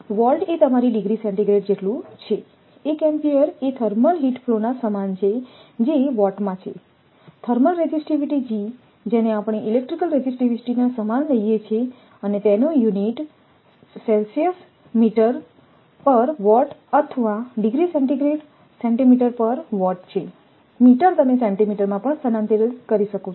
volt એ તમારી degree centigrade જેટલું છે એક એમ્પીયર એ થર્મલ હીટ ફ્લોના સમાન છે જે વોટમાં છે થર્મલ રેઝિસ્ટિવિટી g જેને આપણે ઇલેક્ટ્રિકલ રેઝિસ્ટિવિટીના સમાન લઈએ છીએ અને તેનો યુનિટ અથવા છે મીટર તમે સેન્ટીમીટરમાં પણ સ્થાનાંતરિત કરી શકો છો